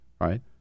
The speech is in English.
right